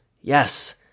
Yes